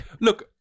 Look